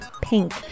pink